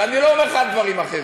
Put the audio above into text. ואני לא אומר לך על דברים אחרים.